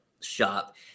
shop